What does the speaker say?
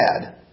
bad